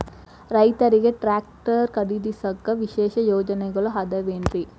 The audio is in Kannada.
ರೈತರಿಗೆ ಟ್ರ್ಯಾಕ್ಟರ್ ಖರೇದಿಸಾಕ ವಿಶೇಷ ಯೋಜನೆಗಳು ಅದಾವೇನ್ರಿ?